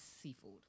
seafood